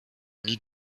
nie